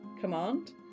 Command